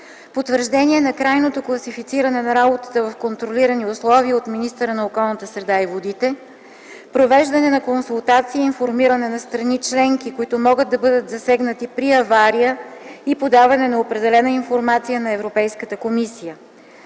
потвърждение на крайното класифициране на работата в контролирани условия от министъра на околната среда и водите; - провеждане на консултации и формиране на страни членки, които могат да бъдат засегнати при авария и подаване на определена информация на Европейската комисия;